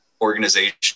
organization